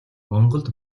монголд